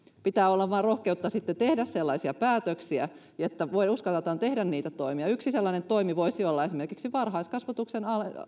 pitää olla vain rohkeutta sitten tehdä sellaisia päätöksiä ja pitää uskaltaa tehdä niitä toimia yksi sellainen toimi voisi olla esimerkiksi varhaiskasvatuksen